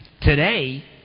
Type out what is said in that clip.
today